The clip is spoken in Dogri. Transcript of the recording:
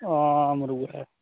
हां